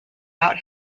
out